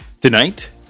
Tonight